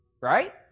Right